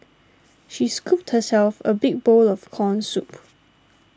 she scooped herself a big bowl of Corn Soup